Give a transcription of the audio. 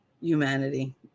humanity